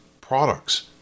products